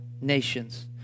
nations